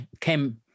came